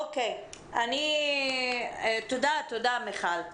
תודה, מיכל.